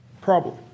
problem